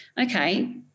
okay